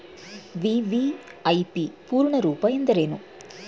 VVIP ಪೂರ್ಣ ರೂಪ ಎಂದರೇನು?